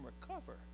recover